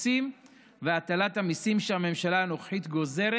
הקיצוצים והטלת המיסים שהממשלה הנוכחית גוזרת